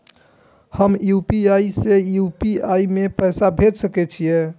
हम यू.पी.आई से यू.पी.आई में पैसा भेज सके छिये?